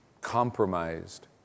compromised